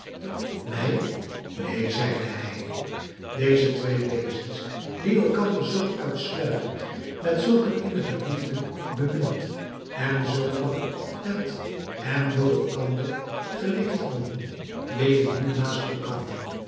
mij neen zeide hij deze twee wezens die elkander zoo uitsluitend met zulk een innige liefde bemind en zoo lang met en door elkander geleefd hadden leden nu naast elkander